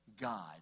God